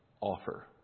offer